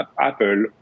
Apple